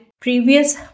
previous